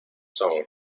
son